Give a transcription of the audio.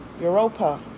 Europa